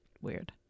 weird